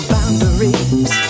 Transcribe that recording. Boundaries